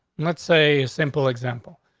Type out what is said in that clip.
let's say a simple example,